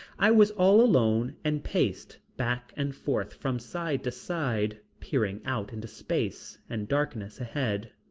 i was all alone and paced back and forth from side to side peering out into space and darkness ahead.